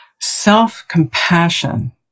self-compassion